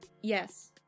Yes